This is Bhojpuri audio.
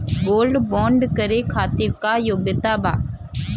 गोल्ड बोंड करे खातिर का योग्यता बा?